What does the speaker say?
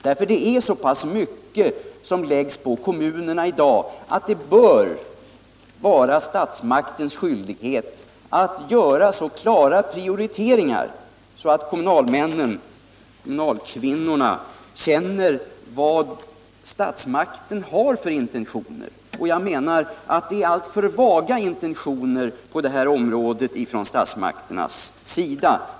Men det är så pass mycket som läggs på kommunerna i dag att det bör vara statsmaktens skyldighet att göra så klara prioriteringar att kommunalmännen och kvinnorna känner vad statsmakten har för intentioner. Jag menar att statsmaktens intentioner på det här området är alltför vaga.